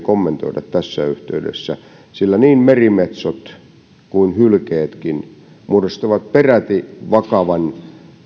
kommentoida tässä yhteydessä sillä niin merimetsot kuin hylkeetkin muodostavat peräti vakavan